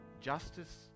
justice